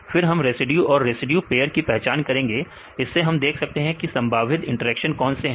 फिर हम रेसिड्यू और रेसिड्यू पेयर की पहचान करेंगेइससे हम देख सकते हैं कि संभावित इंटरेक्शन कौन से हैं